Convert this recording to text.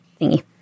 thingy